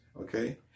okay